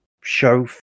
show